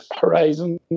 horizon